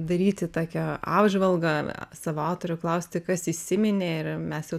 daryti tokią apžvalgą savo autorių klausti kas įsiminė ir mes jau